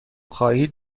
خواهید